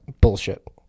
bullshit